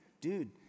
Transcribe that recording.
Dude